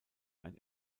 ein